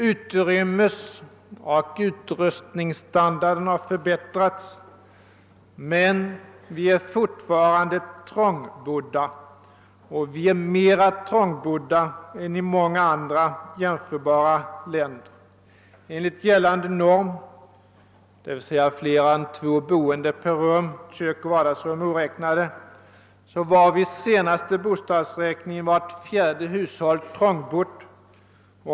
Utrymmesoch utrustningsstandarden har förbättrats, men vi är fortfarande trångbodda, och vi är mera trångbodda än i många andra, jämförbara länder. Enligt gällande norm för trångboddhet — d.v.s. flera än två boende per rum, kök och vardagsrum oräknade — var vid senaste bostadsräkning vart fjärde hushåll trångbott.